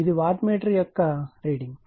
ఇది watt meter 1 యొక్క reading